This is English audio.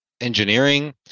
engineering